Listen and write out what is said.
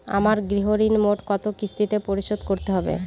আমার গৃহঋণ মোট কত কিস্তিতে পরিশোধ করতে হবে?